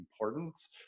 importance